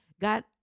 god